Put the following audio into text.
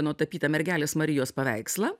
nutapytą mergelės marijos paveikslą